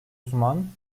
uzman